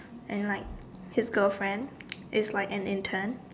and like his girlfriend is like an intern